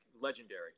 legendary